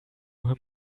him